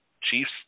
chiefs